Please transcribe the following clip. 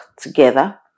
together